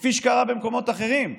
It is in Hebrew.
כפי שקרה במקומות אחרים,